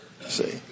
See